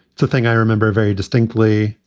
it's a thing i remember very distinctly,